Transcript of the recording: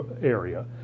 area